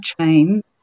chain